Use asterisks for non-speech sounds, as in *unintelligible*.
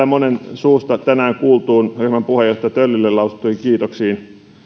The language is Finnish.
*unintelligible* monen suusta täällä tänään kuultuihin ryhmän puheenjohtaja töllille lausuttuihin kiitoksiin